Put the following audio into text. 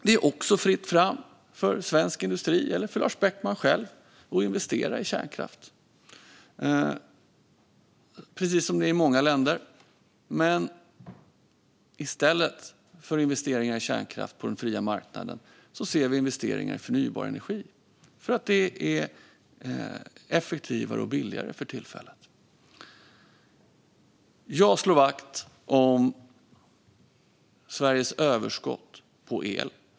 Det är också fritt fram för svensk industri eller för Lars Beckman själv att investera i kärnkraft, precis som det är i många länder. I stället för investeringar i kärnkraft på den fria marknaden ser vi dock investeringar i förnybar energi. Det är effektivare och billigare för tillfället. Jag slår vakt om Sveriges överskott på el.